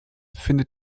findet